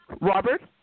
Robert